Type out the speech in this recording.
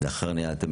לאחר נעילת המליאה,